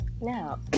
now